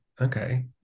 okay